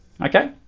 okay